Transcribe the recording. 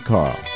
Carl